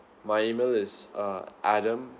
my email is uh adam